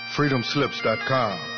FreedomSlips.com